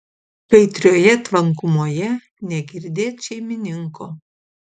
kaitrioje tvankumoje negirdėt šeimininko